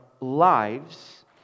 lives